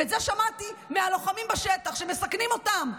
ואת זה שמעתי מהלוחמים בשטח, שמסכנים אותם.